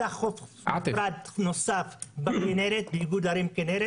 נפתח חוף נפרד נוסף באיגוד ערים כינרת